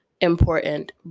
important